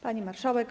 Pani Marszałek!